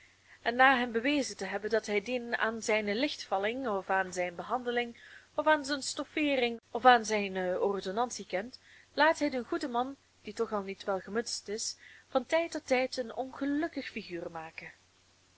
en na hem bewezen te hebben dat hij dien aan zijne lichtvalling of aan zijn behandeling of aan zijn stoffeering of aan zijne ordonnantie kent laat hij den goeden man die toch al niet wel gemutst is van tijd tot tijd een ongelukkige figuur maken